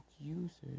users